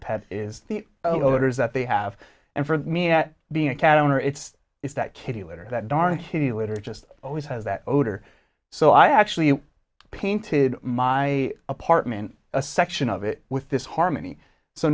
odors that they have and for me at being a cat owner it's is that kitty litter that darn to the litter just always has that odor so i actually painted my apartment a section of it with this harmony so